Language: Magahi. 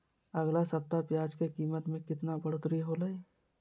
अगला सप्ताह प्याज के कीमत में कितना बढ़ोतरी होलाय?